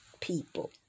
people